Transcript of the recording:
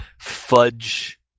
fudge